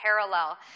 parallel